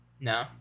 No